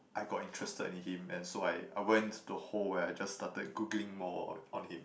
I got interested in him and so I I went to hole where I just start googling more on on him